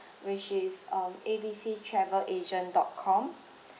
which is um A B C travel agent dot com